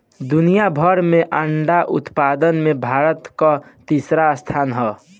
दुनिया भर में अंडा उत्पादन में भारत कअ तीसरा स्थान हअ